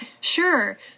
Sure